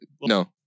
No